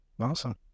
awesome